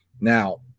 Now